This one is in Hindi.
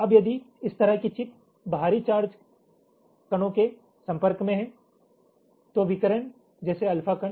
अब यदि इस तरह की चिप बाहरी चार्ज कणों के संपर्क में है तो विकिरण जैसे अल्फा कण